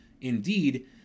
Indeed